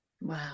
Wow